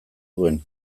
duen